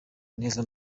neza